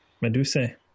Medusa